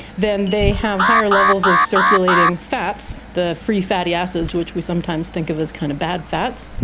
then they have higher levels of circulating fats, the free fatty acids which we sometimes think of as kind of bad fats,